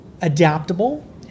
adaptable